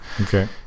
Okay